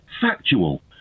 Factual